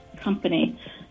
company